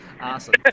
Awesome